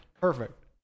Perfect